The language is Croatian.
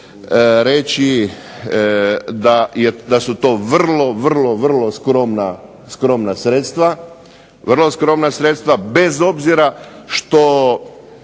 reći da su to vrlo, vrlo, vrlo skromna sredstva, vrlo